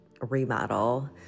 remodel